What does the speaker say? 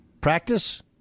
practice